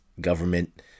government